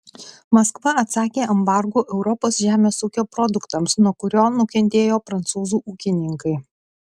maskva atsakė embargu europos žemės ūkio produktams nuo kurio nukentėjo prancūzų ūkininkai